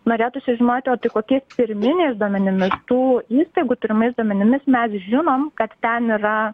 norėtųsi žinoti o tai kokiais pirminiais duomenimis tų įstaigų turimais duomenimis mes žinom kad ten yra